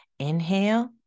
Inhale